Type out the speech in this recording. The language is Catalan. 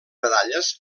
medalles